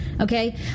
Okay